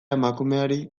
emakumeari